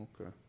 Okay